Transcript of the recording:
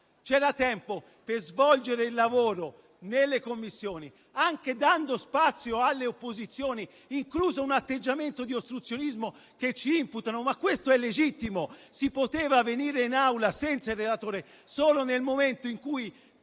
C'era tempo per svolgere il lavoro nelle Commissioni, anche dando spazio alle opposizioni, incluso un atteggiamento di ostruzionismo che ci imputano, ma questo è legittimo. Si poteva venire in Aula senza il relatore solo nel momento in cui